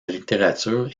littérature